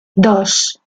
dos